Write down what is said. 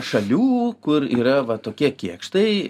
šalių kur yra va tokie kėkštai